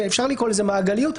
אפשר לקרוא לזה מעגליות,